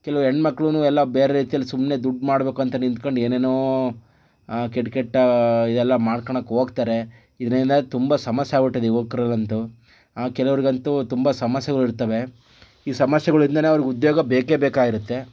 ಕೆಲವು ಹೆಣ್ಮಕ್ಳುನು ಎಲ್ಲ ಬೇರೆ ರೀತಿಯಲ್ಲಿ ಸುಮ್ಮನೆ ದುಡ್ಡು ಮಾಡಬೇಕು ಅಂತ ನಿಂತುಕೊಂಡು ಏನೇನೋ ಕೆಟ್ಟ ಕೆಟ್ಟ ಇದೆಲ್ಲ ಮಾಡ್ಕೊಳಕ್ಕೆ ಹೋಗ್ತಾರೆ ಇದರಿಂದ ತುಂಬ ಸಮಸ್ಯೆ ಆಗ್ಬಿಟ್ಟಿದೆ ಯುವಕರಿಗಂತು ಕೆಲವರಿಗಂತು ತುಂಬ ಸಮಸ್ಯೆಗಳಿರ್ತವೆ ಈ ಸಮಸ್ಯೆಗಳಿಂದನೇ ಅವರಿಗೆ ಉದ್ಯೋಗ ಬೇಕೇ ಬೇಕಾಗಿರುತ್ತೆ